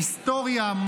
היסטוריה,